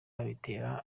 bitera